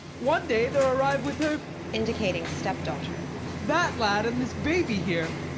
one day there arrive with her indicating step-daughter that lad and this baby here.